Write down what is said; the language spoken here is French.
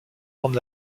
orne